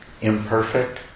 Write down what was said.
imperfect